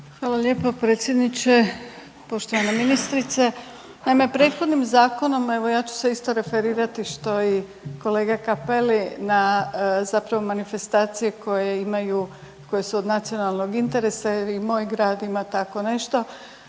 Hvala lijepo predsjedniče. Poštovana ministrice, naime prethodnim zakonom evo ja ću se isto referirati što i kolega Cappelli na zapravo manifestacije koje imaju koje su od nacionalnog interesa jer i moj grad ima tako nešto.